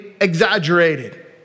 exaggerated